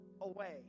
away